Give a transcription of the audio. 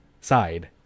side